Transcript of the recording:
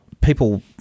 people